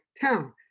Town